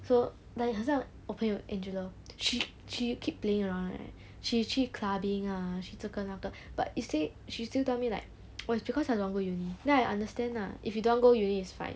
so like 好像我朋友 angela she k~ she keep playing around right she 去 clubbing ah she 这个那个 but instead she still tell me like oh it's because I don't want to go uni then I understand lah if you don't go uni is fine